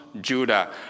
Judah